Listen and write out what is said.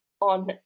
on